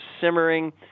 simmering